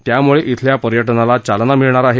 त्यामुळे इथल्या पर्यटनाला चालना मिळणार आहे